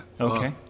Okay